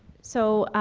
so,